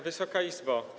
Wysoka Izbo!